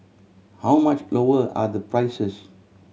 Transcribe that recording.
how much lower are the prices